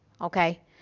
okay